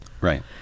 Right